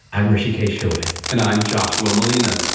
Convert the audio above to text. i'm hrishikesh hirway. and i'm joshua malina.